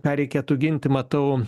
ką reikėtų ginti matau